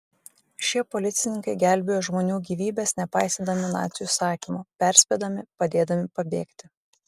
šie policininkai gelbėjo žmonių gyvybes nepaisydami nacių įsakymų perspėdami padėdami pabėgti